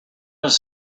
does